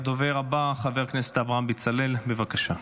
הדובר הבא, חבר הכנסת אברהם בצלאל, בבקשה.